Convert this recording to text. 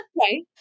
okay